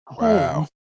Wow